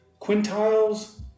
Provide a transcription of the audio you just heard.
quintiles